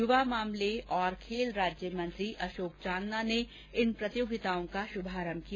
युवा मामले और खेल राज्यमंत्री अशोक चांदना ने इन प्रतियोगिताओं का शुभारंभ किया